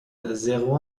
zéro